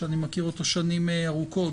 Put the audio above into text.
שאני מכיר אותו שנים רבות,